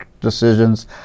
decisions